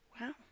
Wow